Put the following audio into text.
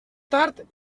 tard